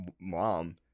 mom